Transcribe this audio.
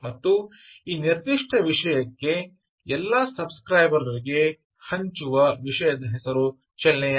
ಮತ್ತು ಈ ನಿರ್ದಿಷ್ಟ ವಿಷಯಕ್ಕೆ ಎಲ್ಲಾ ಸಬ್ ಸ್ಕ್ರೈಬರ್ ರಿಗೆ ಹಂಚುವ ವಿಷಯದ ಹೆಸರು ಚಲನೆಯಾಗಿದೆ